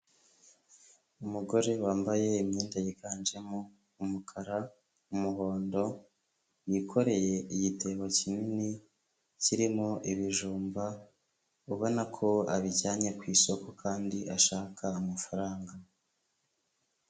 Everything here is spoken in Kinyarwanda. Umugore wambaye imyenda yiganjemo umukara, umuhondo; yikoreye igitebo kinini kirimo ibijumba; ubona ko abijyanye ku isoko kandi ashaka amafaranga.